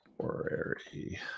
temporary